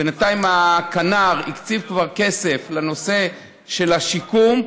בינתיים הכנ"ר הקציב כבר כסף לנושא של השיקום.